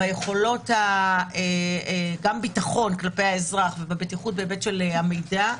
גם ביטחון כלפי האזרח ובבטיחות בהיבט של המידע,